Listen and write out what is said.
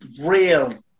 real